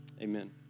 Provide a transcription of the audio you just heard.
amen